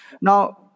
Now